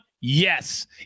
yes